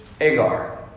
Agar